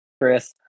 Chris